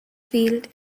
field